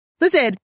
Listen